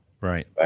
Right